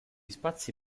spazi